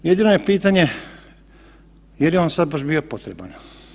Jedino je pitanje je li on baš sad bio potreban?